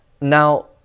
Now